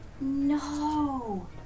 No